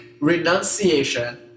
renunciation